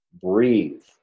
breathe